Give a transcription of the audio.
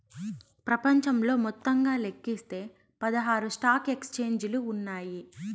ప్రపంచంలో మొత్తంగా లెక్కిస్తే పదహారు స్టాక్ ఎక్స్చేంజిలు ఉన్నాయి